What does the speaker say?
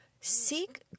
Seek